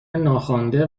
ناخوانده